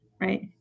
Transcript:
right